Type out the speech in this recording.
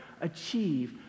achieve